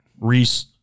Reese